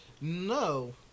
No